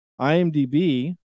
IMDb